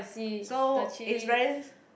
so is very